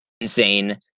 insane